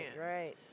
right